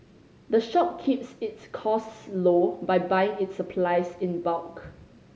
the shop keeps its costs low by buying its supplies in bulk